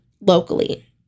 locally